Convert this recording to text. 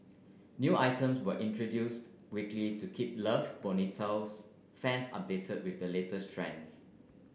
new items were introduced weekly to keep Love Bonito's fans updated with the latest trends